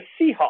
Seahawks